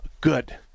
good